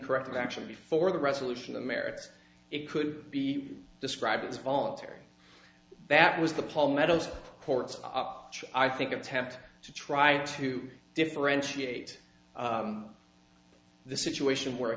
corrective action before the resolution the merits it could be described as voluntary that was the palmettos courts are i think attempt to try to differentiate the situation where a